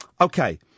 Okay